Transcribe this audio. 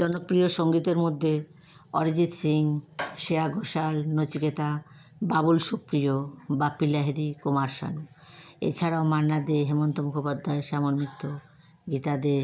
জনপ্রিয় সঙ্গীতের মধ্যে অরিজিৎ সিং শ্রেয়া ঘোষাল নচিকেতা বাবুল সুপ্রিয় বাপি লাহিড়ি কুমার শানু এছাড়াও মান্না দে হেমন্ত মুখোপাধ্যায় শ্যামল মিত্র গীতা দে